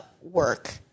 work